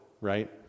right